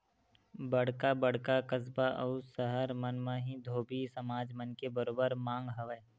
बड़का बड़का कस्बा अउ सहर मन म ही धोबी समाज मन के बरोबर मांग हवय